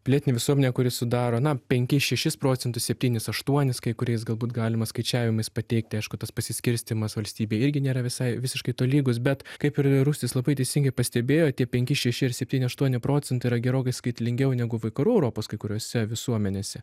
pilietinę visuomenę kuri sudaro na penkis šešis procentus septynis aštuonis kai kuriais galbūt galima skaičiavimais pateikti aišku tas pasiskirstymas valstybėj irgi nėra visai visiškai tolygus bet kaip ir rustis labai teisingai pastebėjo tie penki šeši ar septyni aštuoni procentai yra gerokai skaitlingiau negu vakarų europos kai kuriose visuomenėse